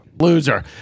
Loser